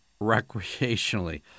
recreationally